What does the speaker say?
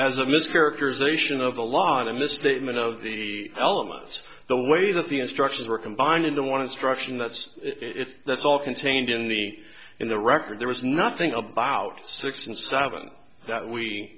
as a mischaracterization of the law the misstatement of the elements the way that the instructions were combined into wanted struction that's it that's all contained in the in the record there was nothing about six and seven that we